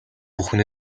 бүхэн